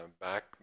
back